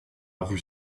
rue